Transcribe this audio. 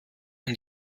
und